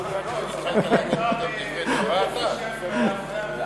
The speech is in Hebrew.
מותר לי בשם האפליה